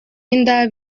inda